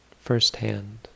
firsthand